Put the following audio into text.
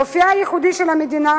אופיה הייחודי של המדינה